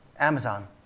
Amazon